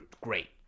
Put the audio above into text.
Great